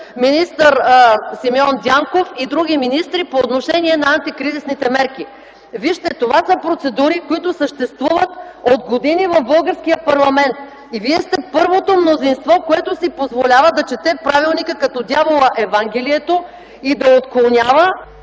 министър Симеон Дянков и други министри по отношение на антикризисните мерки. Вижте, това са процедури, които съществуват от години в българския парламент и вие сте първото мнозинство, което си позволява да чете правилника като дявола Евангелието и да отклонява